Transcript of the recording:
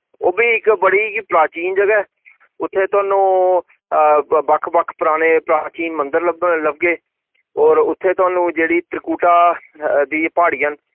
ओह् वी इक बड़ी गै प्राचीन जगह ऐ उत्थे थोआनू बक्ख बक्ख पराने प्राचीन मंदर लब्बग लब्गे और उत्थे थोआनू जेह्ड़ी त्रिकुटा दी पहाड़ियां न